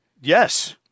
Yes